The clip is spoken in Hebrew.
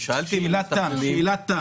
אני שאלתי --- שאלת תם.